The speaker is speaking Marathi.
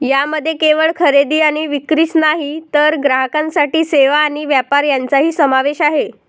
यामध्ये केवळ खरेदी आणि विक्रीच नाही तर ग्राहकांसाठी सेवा आणि व्यापार यांचाही समावेश आहे